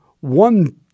one